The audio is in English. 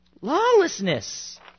Lawlessness